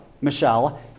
Michelle